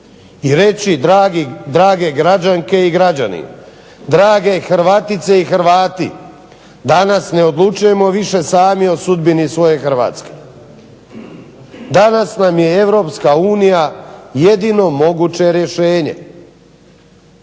i reći drage građanke i građani, drage Hrvatice i Hrvati, danas ne odlučujemo više sami o sudbini svoje Hrvatske. Danas nam je Europska unija jedino moguće rješenje